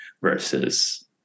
versus